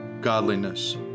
godliness